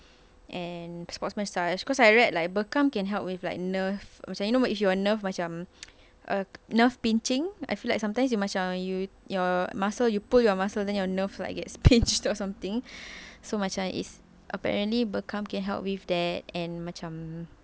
and sports massage cause I read like bekam can help with like nerve macam you know what if your nerve macam err nerve pinching I feel like sometimes you macam you your muscle you pull your muscle then your nerve like gets pinched or something so macam it's apparently bekam can help with that and macam